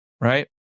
right